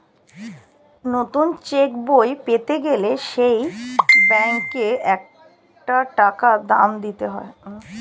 নতুন চেক বই পেতে গেলে সেই ব্যাংকে একটা টাকা দাম দিতে হয়